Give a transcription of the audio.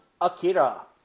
Akira